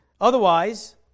Otherwise